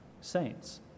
saints